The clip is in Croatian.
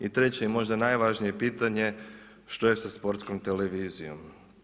I treće i možda najvažnije pitanje, što je sa Sportskom televizijom?